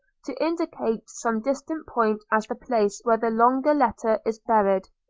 to indicate some distant point as the place where the longer letter is buried.